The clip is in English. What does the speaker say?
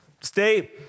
stay